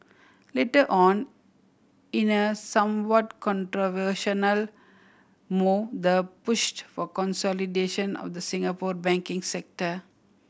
later on in a somewhat controversial move the pushed for consolidation of the Singapore banking sector